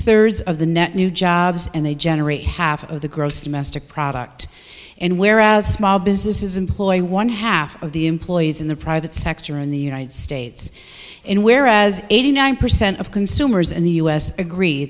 thirds of the net new jobs and they generate half of the gross domestic product and whereas small businesses employ one half of the employees in the private sector in the united states and whereas eighty nine percent of consumers in the us agree